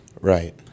Right